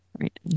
right